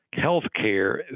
healthcare